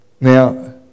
Now